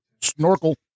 Snorkel